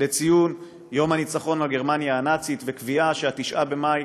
לציון יום הניצחון על גרמניה הנאצית וקביעה ש-9 במאי